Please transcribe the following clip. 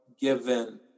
given